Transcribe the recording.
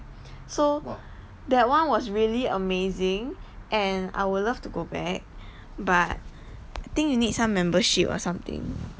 so that one was really amazing and I would love to go back but I think you need some membership or something